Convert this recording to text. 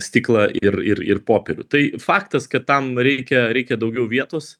stiklą ir ir ir popierių tai faktas kad tam reikia reikia daugiau vietos